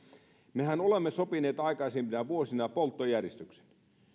mehän olemme sopineet aikaisempina vuosina polttojärjestyksen